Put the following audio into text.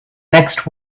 next